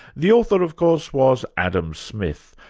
the author of course, was adam smith,